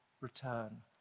return